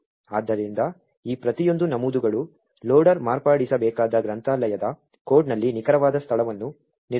ಆದ್ದರಿಂದ ಈ ಪ್ರತಿಯೊಂದು ನಮೂದುಗಳು ಲೋಡರ್ ಮಾರ್ಪಡಿಸಬೇಕಾದ ಗ್ರಂಥಾಲಯದ ಕೋಡ್ನಲ್ಲಿ ನಿಖರವಾದ ಸ್ಥಳವನ್ನು ನಿರ್ಧರಿಸುತ್ತದೆ